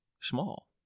small